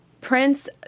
Prince